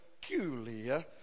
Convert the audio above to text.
peculiar